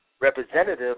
representative